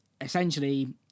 essentially